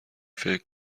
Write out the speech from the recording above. فکر